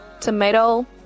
tomato